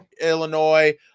Illinois